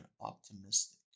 optimistic